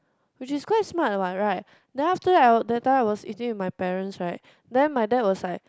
which is quite smart what right then after that that time I was eating with my parents right then my dad was like